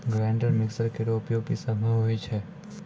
grinder mixer केरो उपयोग पिसै म होय छै